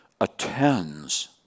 attends